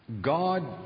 God